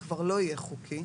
כבר לא יהיה חוקי.